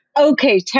Okay